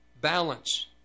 balance